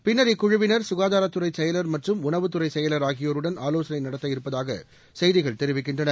பின்னா் இக்குழுவினா் சுகாதாரத்துறை செயலா் மற்றும் உணவுத்துறை செயலா் ஆகியோருடன் ஆலோசனை நடத்த இருப்பதாக செய்திகள் தெரிவிக்கின்றன